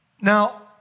Now